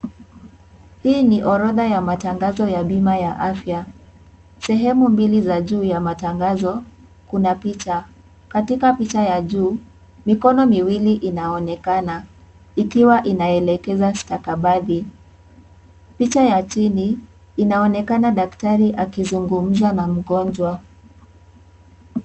Hii ni orodha ya matangazo ya bima ya afya. Sehemu mbili za juu ya matangazo kuna picha, katika picha ya juu mikono miwili inaonekana ikiwa inaelekeza stakabadhi, picha ya chini inaonekana daktari akizungumza na mgonjwa.